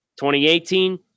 2018